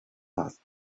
asked